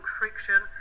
friction